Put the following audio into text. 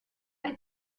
ein